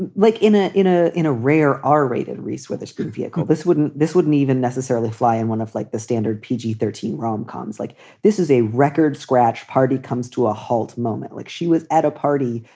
and like in a in a in a rare ah r-rated reese witherspoon vehicle. this wouldn't this wouldn't even necessarily fly in one of like the standard p. g thirteen rom coms like this is a record scratch party comes to a halt moment like she was at a party.